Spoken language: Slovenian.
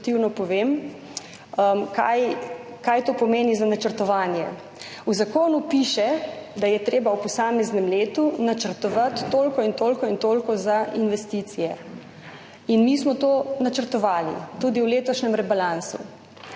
kaj to pomeni za načrtovanje. V zakonu piše, da je treba v posameznem letu načrtovati toliko in toliko in toliko za investicije, in mi smo to načrtovali, tudi v letošnjem rebalansu.